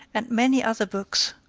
and many other books,